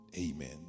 Amen